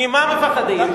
ממה מפחדים?